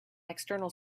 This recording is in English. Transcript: external